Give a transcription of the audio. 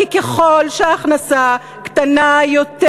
כי ככל שההכנסה קטנה יותר,